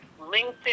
LinkedIn